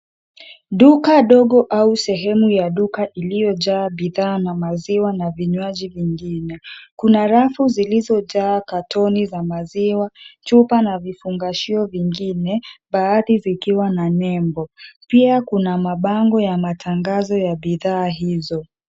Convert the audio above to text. Duka dogo au sehemu ya duka iliyojaa bidhaa na maziwa na vinywaji vingine. Kuna rafu zilizojaa katoni za maziwa, chupa, na vifungashio vingine baadhi zikiwa na nembo. Pia kuna mabango ya matangazo ya bidhaa hizo.